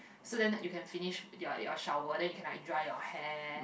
so then you can finish your your shower then you can like dry your hair